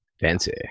Fancy